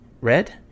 red